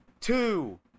two